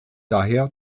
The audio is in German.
daher